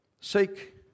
Seek